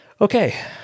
Okay